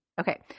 Okay